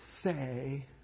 say